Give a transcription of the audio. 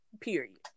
Period